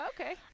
okay